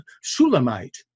Shulamite